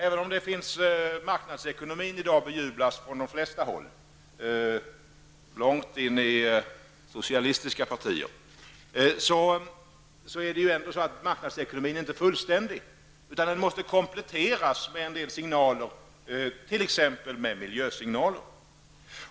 Även om marknadsekonomin i dag bejublas från de flesta håll -- långt in i socialistiska partier -- är den ändå inte fullständig, utan den måste kompletteras med en del signaler, t.ex. miljösignaler.